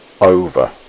over